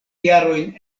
jarojn